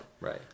Right